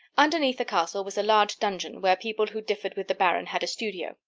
underneath the castle was a large dungeon, where people who differed with the baron had a studio.